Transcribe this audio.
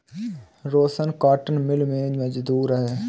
रोशन cotton mill में मजदूर है